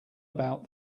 about